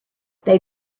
they